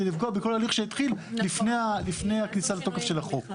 לפגוע בכל הליך שהתחיל לפני הכניסה לתוקף של החוק.